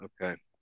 okay